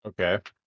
Okay